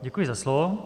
Děkuji za slovo.